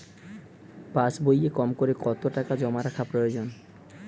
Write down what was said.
পাশবইয়ে কমকরে কত টাকা জমা রাখা প্রয়োজন?